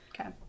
Okay